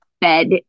bed